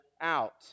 out